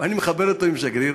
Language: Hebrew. ואני מחבר אותו עם השגריר.